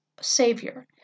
savior